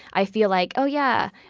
i feel like oh yeah,